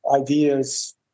ideas